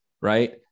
right